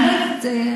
אני לא יודעת.